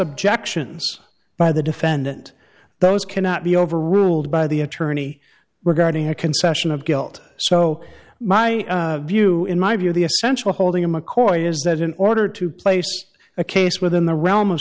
objections by the defendant those cannot be overruled by the attorney were guarding a concession of guilt so my view in my view the essential holding of mccoy is that in order to place a case within the realm of